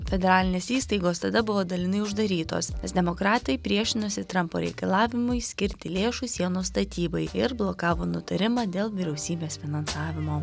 federalinės įstaigos tada buvo dalinai uždarytos nes demokratai priešinosi trampo reikalavimui skirti lėšų sienos statybai ir blokavo nutarimą dėl vyriausybės finansavimo